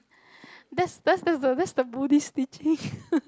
that's that's the the that's the Buddhist teaching